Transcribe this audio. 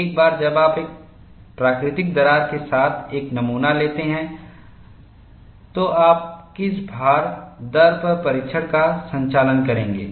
एक बार जब आप एक प्राकृतिक दरार के साथ एक नमूना लेते हैं तो आप किस भार दर पर परीक्षण का संचालन करेंगे